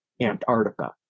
antarctica